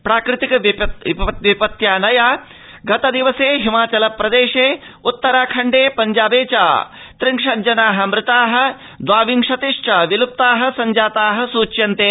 प्राकृतिक विपत्याऽनया गतदिवसे हिमाचलप्रदेशे उत्तराखण्डे पञ्चाबे च त्रिंशज्जनाः मृताः द्वाविंशतिश्च विलुप्ताः संजाताः सूच्यन्ते